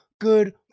good